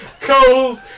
cold